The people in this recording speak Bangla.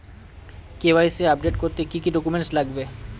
কে.ওয়াই.সি আপডেট করতে কি কি ডকুমেন্টস লাগবে?